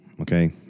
okay